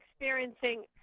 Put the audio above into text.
experiencing